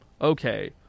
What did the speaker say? okay